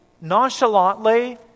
nonchalantly